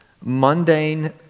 mundane